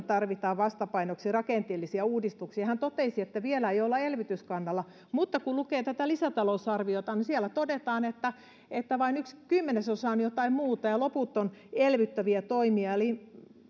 tarvitaan vastapainoksi rakenteellisia uudistuksia hän totesi että vielä ei olla elvytyskannalla mutta kun lukee tätä lisätalousarviota niin siellä todetaan että että vain yksi kymmenesosa on jotain muuta ja loput ovat elvyttäviä toimia eli kun